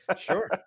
Sure